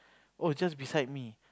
oh just beside me